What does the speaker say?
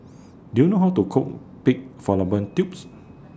Do YOU know How to Cook Pig Fallopian Tubes